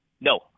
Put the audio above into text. No